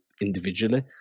individually